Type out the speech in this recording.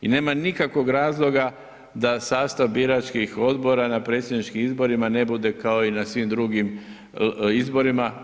I nema nikakvog razloga da sastav biračkih odbora na predsjedničkim izborima ne bude kao i na svim drugim izborima.